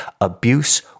abuse